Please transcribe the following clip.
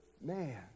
man